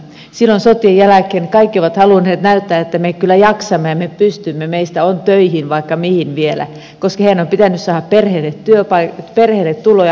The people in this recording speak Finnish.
silloin sotien jälkeen kaikki ovat halunneet näyttää että me kyllä jaksamme ja me pystymme meistä on töihin vaikka mihin vielä koska heidän on pitänyt saada perheille tuloja aikaiseksi